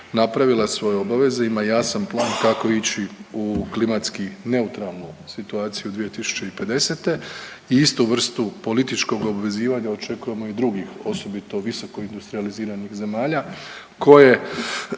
napravila svoje obaveze, ima jasan plan kako ići u klimatski neutralnu situaciju 2050. i istu vrstu političkog obvezivanja očekujemo i drugih osobito visoko industrijaliziranih zemalja koje